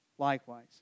Likewise